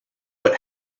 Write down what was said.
what